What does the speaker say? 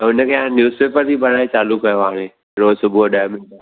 ऐं हिन खे हाणे न्यूज़ पेपर बि पढ़ाइणु चालू कयो आहे हाणे रोज़ु सुबुह ॾह मिंट